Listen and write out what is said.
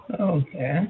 Okay